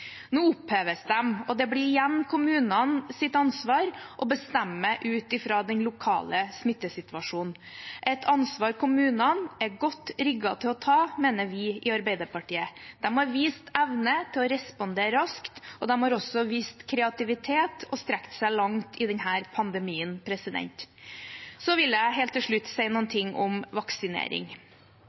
Nå oppheves de, og det blir igjen kommunenes ansvar å bestemme ut fra den lokale smittesituasjonen – et ansvar kommunene er godt rigget til å ta, mener vi i Arbeiderpartiet. De har vist evne til å respondere raskt, og de har også vist kreativitet og har strukket seg langt i denne pandemien. Jeg vil helt til slutt si noe om vaksinering.